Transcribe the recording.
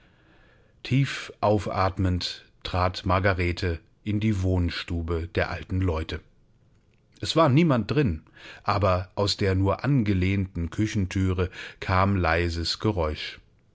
tief aufatmend trat margarete in die wohnstube der alten leute es war niemand drin aber aus der nur angelehnten küchenthüre kam leises geräusch